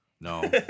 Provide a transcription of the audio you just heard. no